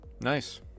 Nice